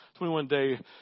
21-day